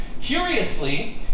Curiously